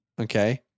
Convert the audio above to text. Okay